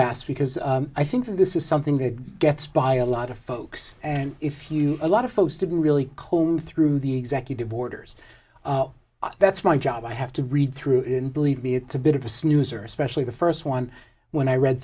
asked because i think this is something that gets by a lot of folks and if you a lot of folks didn't really comb through the executive orders that's my job i have to read through in believe me it's a bit of a snoozer especially the first one when i read